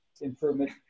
improvement